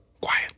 quiet